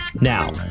Now